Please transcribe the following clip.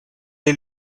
est